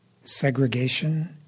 segregation